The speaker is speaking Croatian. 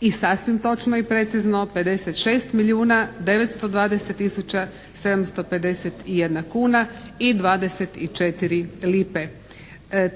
i sasvim točno i precizno 56 milijuna 920 tisuća 751 kuna i 24 lipe.